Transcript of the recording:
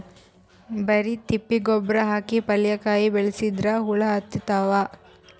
ಬರಿ ತಿಪ್ಪಿ ಗೊಬ್ಬರ ಹಾಕಿ ಪಲ್ಯಾಕಾಯಿ ಬೆಳಸಿದ್ರ ಹುಳ ಹತ್ತತಾವ?